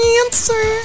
answer